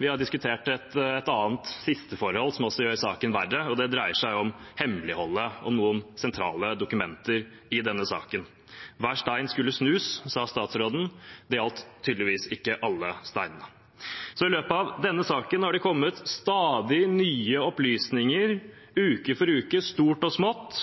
vi har diskutert et annet siste forhold som også gjør saken verre, og det dreier seg om hemmeligholdet av noen sentrale dokumenter i denne saken. Hver stein skulle snus, sa statsråden. Det gjaldt tydeligvis ikke alle steinene. I løpet av denne saken har det kommet stadig nye opplysninger, uke for uke, stort og